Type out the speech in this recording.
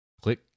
click